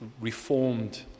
Reformed